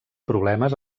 problemes